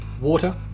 Water